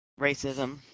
racism